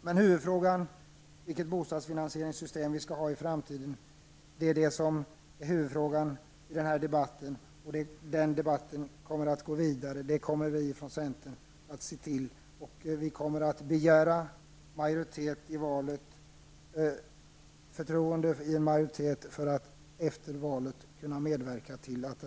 Huvudfrågan i denna debatt är dock vilket bostadsfinansieringssystem vi skall ha i framtiden. Den debatten kommer att gå vidare. Det kommer vi från centern att se till. Vi kommer att begära förtroende av en majoritet i valet för att efter valet kunna medverka till att